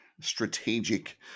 strategic